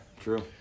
true